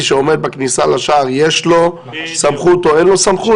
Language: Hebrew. שעומד בכניסה לשער יש לו סמכות או אין לו סמכות?